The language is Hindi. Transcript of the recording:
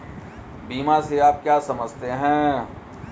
बीमा से आप क्या समझते हैं?